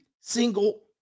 single